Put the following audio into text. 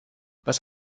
was